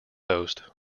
host